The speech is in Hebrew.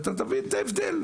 ואתה תבין את ההבדל.